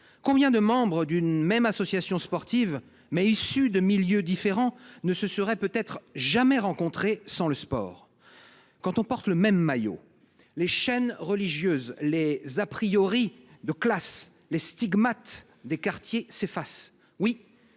Combien de membres d’une même association sportive, issus néanmoins de milieux différents, ne se seraient peut être jamais rencontrés sans le sport ? Quand on porte le même maillot, les chaînes religieuses, les de classe, les stigmates des quartiers s’effacent.